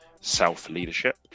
self-leadership